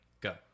go